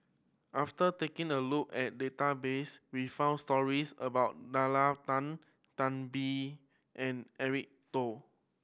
after taking a look at database we found stories about Nalla Tan Tan Biyun and Eric Teo